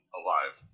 alive